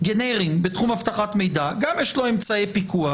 גנריים בתחום אבטחת מידע, וגם יש לו אמצעי פיקוח?